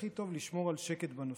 ושהכי טוב לשמור על שקט בנושא.